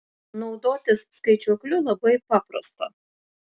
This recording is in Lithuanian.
naudotis skaičiuokliu labai paprasta